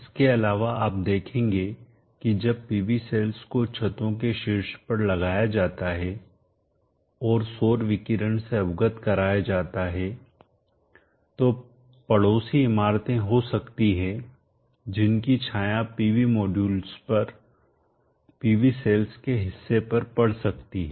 इसके अलावाआप देखेंगे कि जब PV सेल्स को छतों के शीर्ष पर लगाया जाता है और सौर विकिरण से अवगत कराया जाता है तो पड़ोसी इमारतें हो सकती हैं जिनकी छाया PV मॉड्यूल पर PV सेल्स के हिस्से पर पड़ सकती है